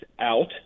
out